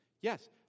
Yes